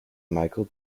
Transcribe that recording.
michael